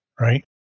right